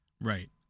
Right